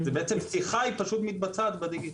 שיחה מתבצעת בדיגיטל.